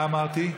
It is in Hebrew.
מה אמרתי?